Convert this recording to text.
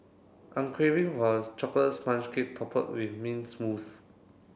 I'm craving for a chocolate sponge cake with mint mousse